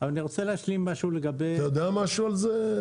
אבל אני רוצה להשלים משהו לגבי --- אתה יודע משהו על זה,